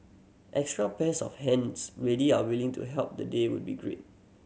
extra pairs of hands ready and willing to help the day would be great